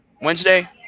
Wednesday